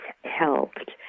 helped